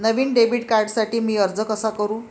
नवीन debit कार्डसाठी मी अर्ज कसा करू?